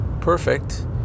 perfect